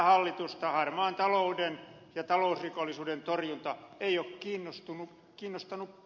tätä hallitusta harmaan talouden ja talousrikollisuuden torjunta ei ole kiinnostanut pätkääkään